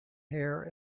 hair